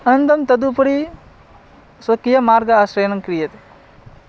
अनन्तरं तदुपरि स्वकीयमार्ग आश्रयणं क्रियते